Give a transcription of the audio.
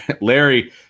larry